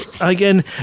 Again